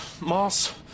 Moss